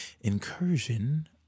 incursion